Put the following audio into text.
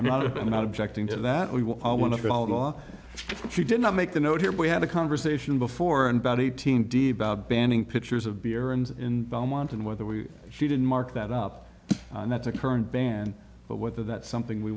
i'm not i'm not objecting to that we will want to follow the law she did not make the note here we had a conversation before and about eighteen d about banning pitchers of beer and in belmont and whether we should mark that up and that's a current ban but whether that's something we